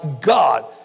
God